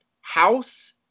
House